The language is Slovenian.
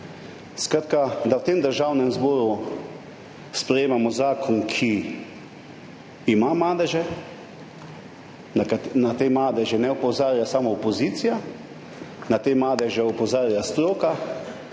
pot, da v Državnem zboru sprejemamo zakon, ki ima madeže. Na te madeže ne opozarja samo opozicija, na te madeže opozarja stroka,